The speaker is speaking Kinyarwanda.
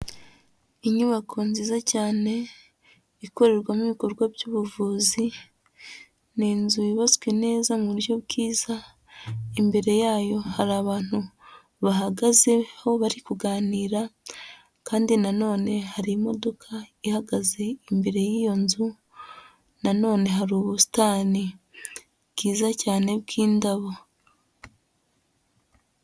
Inyubako nziza cyane ikorerwamo ibikorwa by'ubuvuzi, ni inzu yubatswe neza mu buryo bwiza, imbere yayo hari abantu bahagazeho bari kuganira, kandi na none hari imodoka ihagaze imbere y'iyo nzu na none hari ubusitani bwiza cyane bw'indabo.